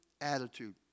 attitude